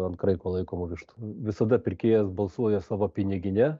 ant kraiko laikomų vištų visada pirkėjas balsuoja savo pinigine